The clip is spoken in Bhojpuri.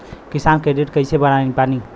किसान क्रेडिट कार्ड कइसे बानी?